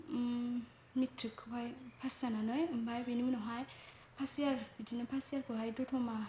मेट्रिकखौहाय pass जानानै ओमफ्राय बेनि उनावहाय फार्स्त यार बिदिनो फार्स्त यारखौहाय दतमा